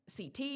CT